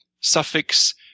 suffix